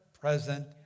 present